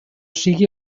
sigui